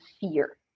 fear